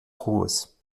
ruas